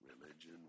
religion